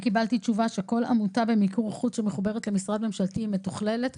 קיבלתי תשובה שכל עמותה במיקור חוץ שמחוברת למשרד ממשלתי מתוכללת.